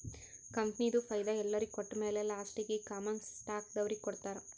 ಕಂಪನಿದು ಫೈದಾ ಎಲ್ಲೊರಿಗ್ ಕೊಟ್ಟಮ್ಯಾಲ ಲಾಸ್ಟೀಗಿ ಕಾಮನ್ ಸ್ಟಾಕ್ದವ್ರಿಗ್ ಕೊಡ್ತಾರ್